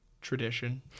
tradition